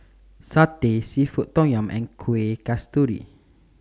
Satay Seafood Tom Yum and Kuih Kasturi